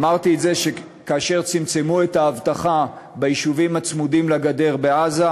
אמרתי את זה כאשר צמצמו את האבטחה ביישובים הצמודים לגדר בעזה,